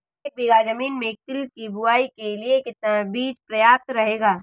एक बीघा ज़मीन में तिल की बुआई के लिए कितना बीज प्रयाप्त रहेगा?